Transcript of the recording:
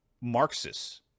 Marxists